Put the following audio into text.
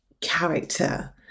character